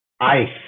Ice